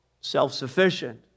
self-sufficient